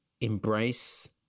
embrace